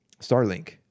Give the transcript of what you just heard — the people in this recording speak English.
Starlink